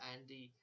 Andy